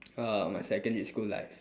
uh my secondary school life